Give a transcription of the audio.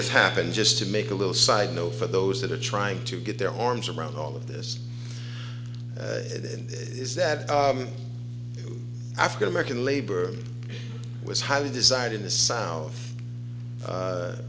has happened just to me a little side note for those that are trying to get their arms around all of this is that african american labor was highly desired in the south